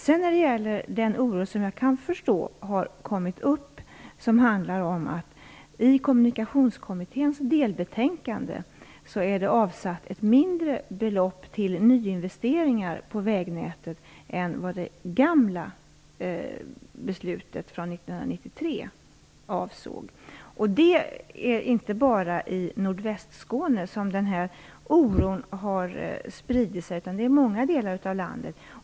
Jag kan förstå den oro som har kommit upp med anledning av att det i Kommunikationskommitténs delbetänkande är avsatt ett mindre belopp till nyinvesteringar på vägnätet än i det gamla beslutet från 1993. Det är inte bara i Nordvästskåne den här oron har spritt sig, utan det gäller många delar av landet.